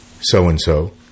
so-and-so